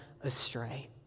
astray